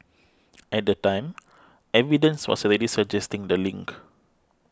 at the time evidence was already suggesting the link